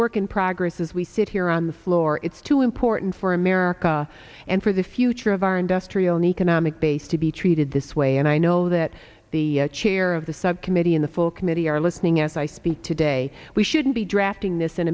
work in progress as we sit here on the floor it's too important for america and for the future of our industrial an economic base to be treated this way and i know that the chair of the subcommittee in the full committee are listening as i speak today we shouldn't be drafting this